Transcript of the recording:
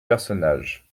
personnages